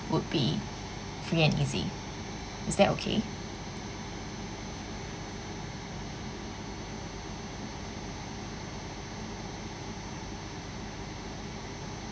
would be free and easy is that okay